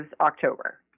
October